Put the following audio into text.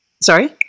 Sorry